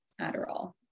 Adderall